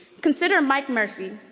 consider mike murphy,